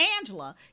Angela